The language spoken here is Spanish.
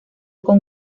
con